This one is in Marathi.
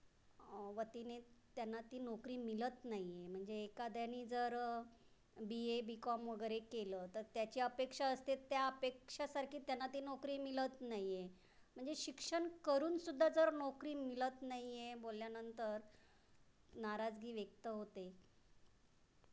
वतीने त्यांना ती नोकरी मिळत नाही आहे म्हणजे एखाद्यानी जर बीए बीकॉम वगैरे केलं तर त्याची अपेक्षा असते त्या अपेक्षासारखी त्यांना ती नोकरी मिळत नाही आहे म्हणजे शिक्षण करूनसुद्धा जर नोकरी मिळत नाही आहे बोलल्यानंतर नाराजगी व्यक्त होते